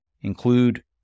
include